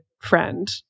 friend